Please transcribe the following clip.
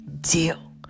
deal